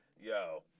yo